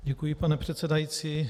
Děkuji, pane předsedající.